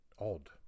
odd